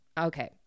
Okay